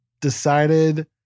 decided